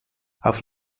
auf